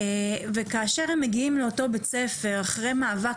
וכאשר הם מגיעים לאותו בית ספר אחרי מאבק